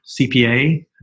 cpa